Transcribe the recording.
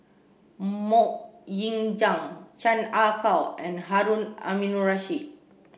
Mok Ying Jang Chan Ah Kow and Harun Aminurrashid